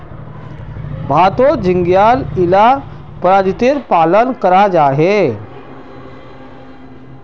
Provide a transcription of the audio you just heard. भारतोत झिंगार इला परजातीर पालन कराल जाहा